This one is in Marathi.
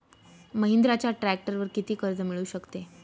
महिंद्राच्या ट्रॅक्टरवर किती कर्ज मिळू शकते?